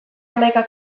hamaika